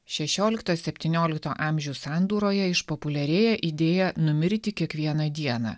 šešiolikto septyniolikto amžių sandūroje išpopuliarėja idėja numirti kiekvieną dieną